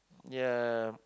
ya